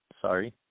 Sorry